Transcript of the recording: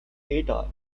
data